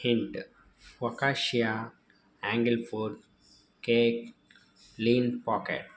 hint focaccia angel food cake lean pocket